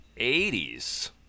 80s